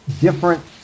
different